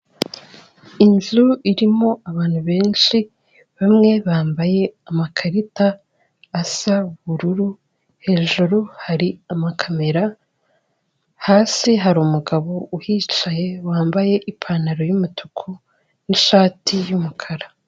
Inzu irimo abantu benshi, bamwe bambaye amakarita asa ubururu, hejuru hari amakamera, hasi hari umugabo uhicaye, wambaye ipantaro y'umutuku n'ishati y'umukara.